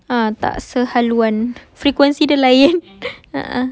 ah tak sehaluan frequency dia lain a'ah